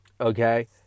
okay